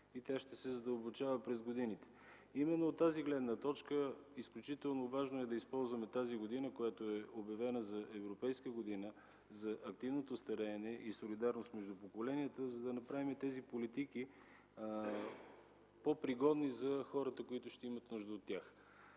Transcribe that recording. Тя ще се задълбочава през годините. От тази гледна точка важно е да използваме тази година, която е обявена за Европейска година за активното стареене и за солидарност между поколенията, за да направим тези политики по-пригодни за хората, които ще имат нужда от тях.